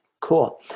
Cool